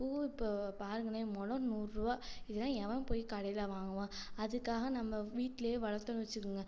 பூ இப்போ பாருங்களேன் முலம் நூறு ரூபா இதெல்லாம் எவன் போய் கடையில் வாங்குவான் அதுக்காக நம்ம வீடடிலயே வளர்த்தோன்னு வச்சுக்கங்க